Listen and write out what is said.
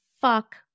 fuck